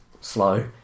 slow